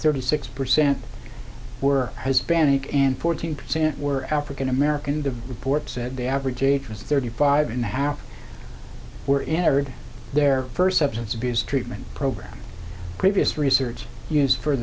thirty six percent were hispanic and fourteen percent were african american the report said the average age was thirty five and a half were entered their first substance abuse treatment program previous research used for